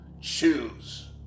Choose